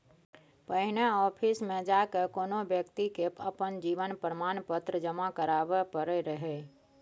पहिने आफिसमे जा कए कोनो बेकती के अपन जीवन प्रमाण पत्र जमा कराबै परै रहय